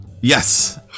Yes